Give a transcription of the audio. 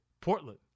Portland